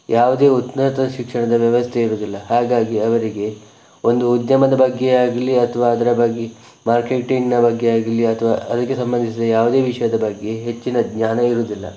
ಯಾವುದೇ ಉನ್ನತ ಶಿಕ್ಷಣದ ವ್ಯವಸ್ಥೆ ಇರುವುದಿಲ್ಲ ಹಾಗಾಗಿ ಅವರಿಗೆ ಒಂದು ಉದ್ಯಮದ ಬಗ್ಗೆಯಾಗಲಿ ಅಥವಾ ಅದರ ಬಗ್ಗೆ ಮಾರ್ಕೆಟಿಂಗ್ನ ಬಗ್ಗೆಯಾಗಲಿ ಅಥವಾ ಅದಕ್ಕೆ ಸಂಬಂಧಿಸಿದ ಯಾವುದೇ ವಿಷಯದ ಬಗ್ಗೆ ಹೆಚ್ಚಿನ ಜ್ಞಾನ ಇರುವುದಿಲ್ಲ